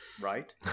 right